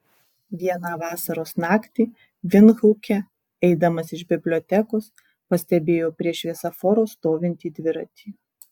vieną vasaros naktį vindhuke eidamas iš bibliotekos pastebėjo prie šviesoforo stovintį dviratį